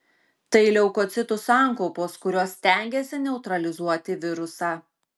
tai leukocitų sankaupos kurios stengiasi neutralizuoti virusą